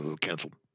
canceled